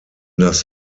das